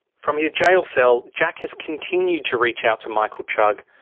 from his jail cell, jack has continued to reach out to michael chugg.